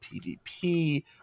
PvP